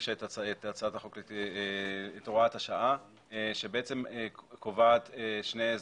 והגישה הוראת שעה שקובעת שני הסדרים.